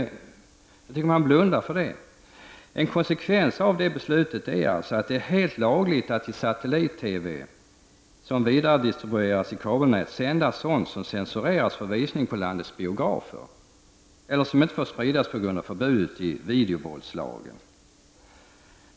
Det blundar man för. En konsekvens av beslutet är att det är helt lagligt att i satellit-TV, som vidaredistribueras i kabelnät, sända sådant som censureras för visning på landets biografer eller som inte får spridas på grund av förbud enligt videovåldslagen.